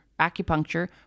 acupuncture